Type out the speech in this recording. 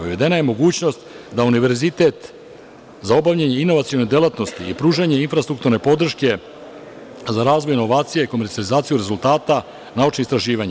Uvedena je mogućnost da univerzitet za obavljanje inovacione delatnosti i pružanje infrastrukturne podrške za razvoj inovacija i komercijalizaciju rezultata naučnih istraživanja.